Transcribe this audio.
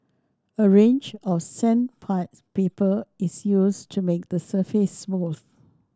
a range of is used to make the surface smooth